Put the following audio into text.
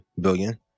billion